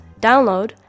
download